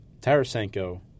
Tarasenko